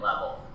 level